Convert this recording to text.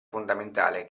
fondamentale